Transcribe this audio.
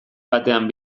batean